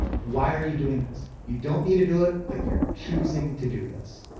why are you doing this? you don't need to do it. but you're choosing to do this.